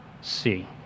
see